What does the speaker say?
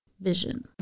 Vision